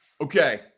Okay